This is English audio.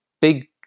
big